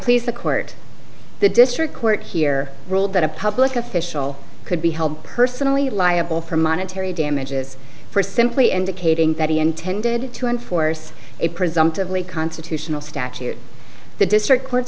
please the court the district court here ruled that a public official could be held personally liable for monetary damages for simply indicating that he intended to enforce a presumptively constitutional statute the district court